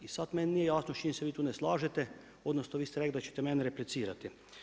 I sada meni nije jasno s čim se vi tu ne slažete odnosno vi ste rekli da ćete meni replicirati.